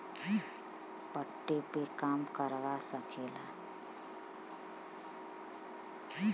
पट्टे पे काम करवा सकेला